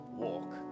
Walk